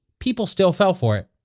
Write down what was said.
people still fell for it.